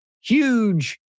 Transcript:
huge